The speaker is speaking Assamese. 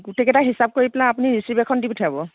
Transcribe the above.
গোটেই কেইটা হিচাপ কৰি পেলাই আপুনি ৰিচিপ্ট এখন দি পঠিয়াব